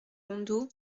rondeau